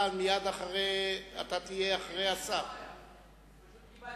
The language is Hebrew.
אתה תהיה מייד